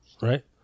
right